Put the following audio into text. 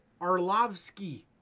Arlovsky